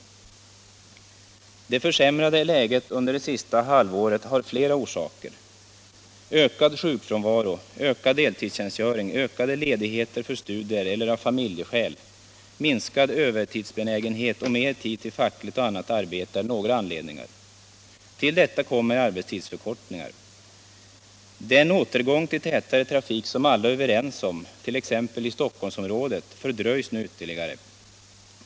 Det försämrade läget under det sista halvåret har flera orsaker. Ökad sjukfrånvaro, ökad deltidstjänstgöring, ökade ledigheter för studier eller av familjeskäl, minskad övertidsbenägenhet och mer tid till fackligt och annat arbete är några anledningar. Till detta kommer arbetstidsförkortningar. Den återgång till tätare trafik, som alla är överens om i t.ex. Stockholmsområdet, fördröjs nu ytterligare.